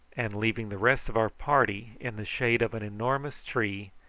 and leaving the rest of our party in the shade of an enormous tree,